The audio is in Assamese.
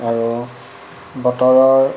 আৰু বতৰৰ